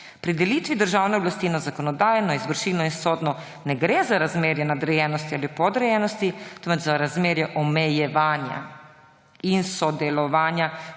Pri delitvi državne oblasti na zakonodajno, izvršilno in sodno ne gre za razmerje nadrejenosti ali podrejenosti, temveč za razmerje omejevanja in sodelovanja